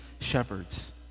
shepherds